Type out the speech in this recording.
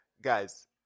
guys